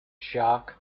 jacques